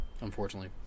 Unfortunately